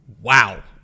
Wow